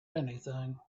anything